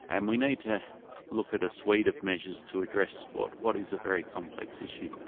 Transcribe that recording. and we need to look at a suite of measures to address what what is a very complex issue.